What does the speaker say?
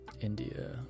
India